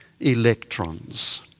electrons